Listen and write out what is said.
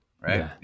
right